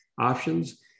options